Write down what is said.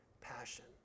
passion